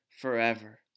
forever